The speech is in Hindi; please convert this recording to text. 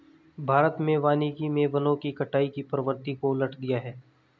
भारत में वानिकी मे वनों की कटाई की प्रवृत्ति को उलट दिया है